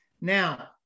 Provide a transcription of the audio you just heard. Now